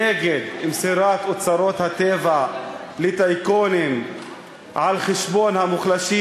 נגד מסירת אוצרות הטבע לטייקונים על חשבון המוחלשים.